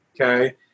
Okay